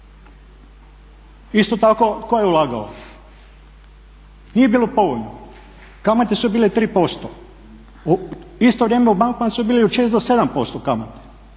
Isto tako tko je ulagao? Nije bilo povoljno. Kamate su bile 3%. U isto vrijeme u bankama su bile i od 6 do 7% kamate.